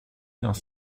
dans